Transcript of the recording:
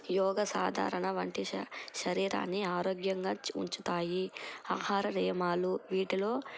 యోగ సాధారణ వంటి శరీరాన్ని ఆరోగ్యంగా ఉంచుతాయి ఆహార నియమాలు వీటిలో